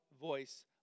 voice